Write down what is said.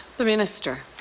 the minister.